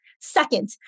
Second